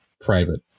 private